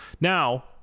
now